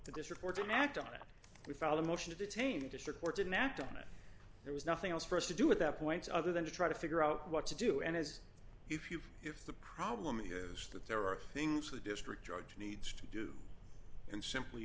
this report and act on it we filed a motion to detain the district court didn't act on it there was nothing else for us to do at that point other than to try to figure out what to do and as if you if the problem is that there are things the district judge needs to do and simply